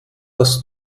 das